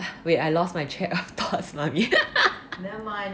wait I lost my track of thoughts mummy